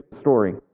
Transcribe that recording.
story